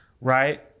right